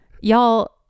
Y'all